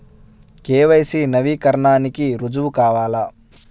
KYC నవీకరణకి రుజువు కావాలా?